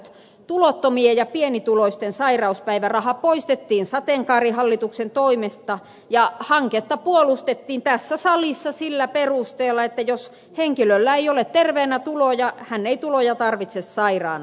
tulottomien ja pienituloisten sairauspäiväraha poistettiin sateenkaarihallituksen toimesta ja hanketta puolustettiin tässä salissa sillä perusteella että jos henkilöllä ei ole terveenä tuloja hän ei tuloja tarvitse sairaanakaan